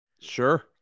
Sure